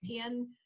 ten